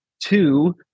two